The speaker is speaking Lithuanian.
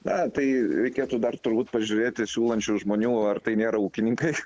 na tai reikėtų dar turbūt pažiūrėti siūlančių žmonių ar tai nėra ūkininkai